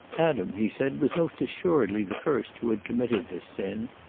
adam, he said, was most assuredly the first who had committed this sin,